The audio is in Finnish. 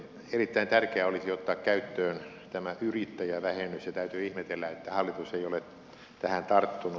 erittäin tärkeää olisi ottaa käyttöön yrittäjävähennys ja täytyy ihmetellä että hallitus ei ole tähän tarttunut